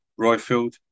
Royfield